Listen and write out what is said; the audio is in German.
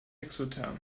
exotherm